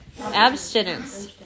Abstinence